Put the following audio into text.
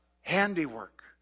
handiwork